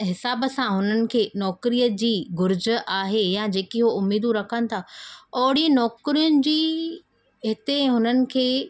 हिसाब सां हुननि खे नौकिरीअ जी घुरिज आहे या जेकी उहो उमीदूं रखनि था ओड़ी नौकिरियुनि जी हिते हुननि खे